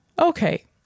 Okay